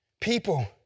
People